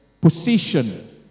position